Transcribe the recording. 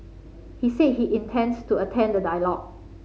he said he intends to attend the dialogue